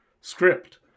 script